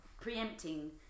preempting